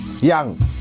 young